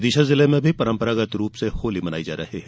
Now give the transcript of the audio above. विदिशा जिले में भी परंपरागत रूप से होली मनाई जा रही है